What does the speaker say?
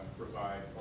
provide